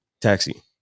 taxi